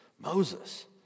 Moses